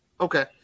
Okay